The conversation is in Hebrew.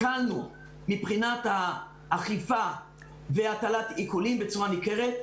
הקלנו מבחינת האכיפה והטלת עיקולים בצורה ניכרת.